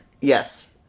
Yes